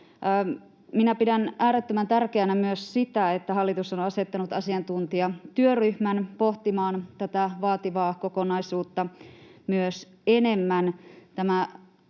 Minä pidän äärettömän tärkeänä myös sitä, että hallitus on asettanut asiantuntijatyöryhmän pohtimaan tätä vaativaa kokonaisuutta myös enemmän.